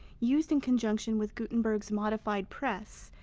used in conjunction with gutenberg's modified press,